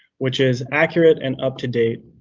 which is accurate, and up to date.